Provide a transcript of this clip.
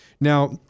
Now